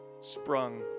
sprung